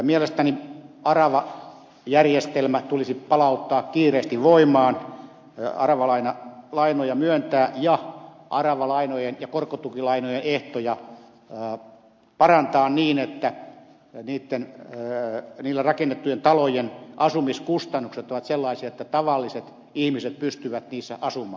mielestäni aravajärjestelmä tulisi palauttaa kiireesti voimaan aravalainoja myöntää ja aravalainojen ja korkotukilainojen ehtoja parantaa niin että niillä rakennettujen talojen asumiskustannukset ovat sellaisia että tavalliset ihmiset pystyvät niissä asumaan